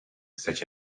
such